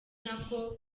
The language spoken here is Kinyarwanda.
nako